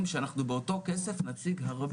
שאנחנו באותו כסף נשיג הרבה פחחות בריאות.